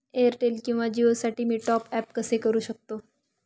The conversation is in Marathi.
एअरटेल किंवा जिओसाठी मी टॉप ॲप कसे करु शकतो?